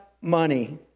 money